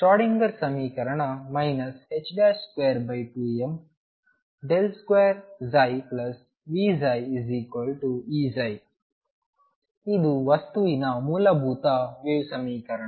Schrodinger ಸಮೀಕರಣ 22m2ψVψEψ ಇದು ವಸ್ತುವಿನ ಮೂಲಭೂತ ವೇವ್ ಸಮೀಕರಣ